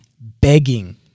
begging